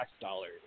dollars